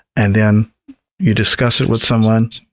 and then you discuss it with someone,